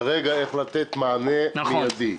כרגע יש לתת מענה מידי.